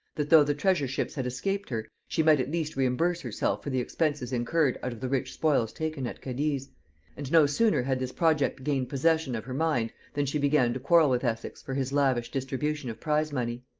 that though the treasure-ships had escaped her, she might at least reimburse herself for the expenses incurred out of the rich spoils taken at cadiz and no sooner had this project gained possession of her mind than she began to quarrel with essex for his lavish distribution of prize-money.